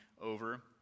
over